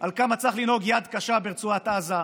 על כמה צריך לנהוג ביד קשה ברצועת עזה.